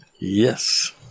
Yes